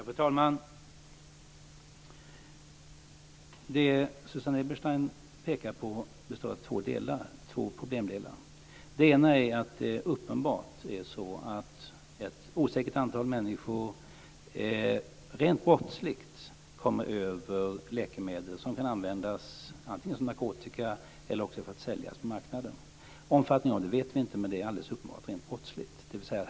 Fru talman! Det Susanne Eberstein pekar på består av två problemdelar. Den ena är uppenbarligen att ett osäkert antal människor rent brottsligt kommer över läkemedel som kan användas antingen som narkotika eller för att säljas på marknaden. Omfattningen av detta känner vi inte till, men det är alldeles uppenbart rent brottsligt.